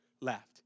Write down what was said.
left